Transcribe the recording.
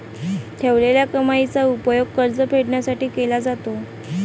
ठेवलेल्या कमाईचा उपयोग कर्ज फेडण्यासाठी केला जातो